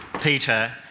Peter